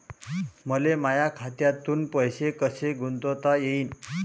मले माया खात्यातून पैसे कसे गुंतवता येईन?